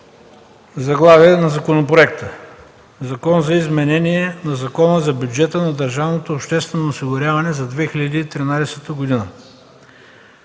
Заглавие на законопроекта: „Закон за изменение на Закона за бюджета на държавното обществено осигуряване за 2013 г.”.